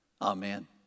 Amen